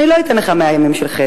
אני לא אתן לך מאה ימי חסד,